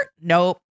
nope